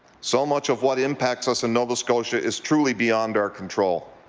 so much of what impacts us in nova scotia is truly beyond our control.